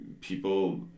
people